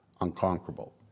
unconquerable